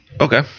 Okay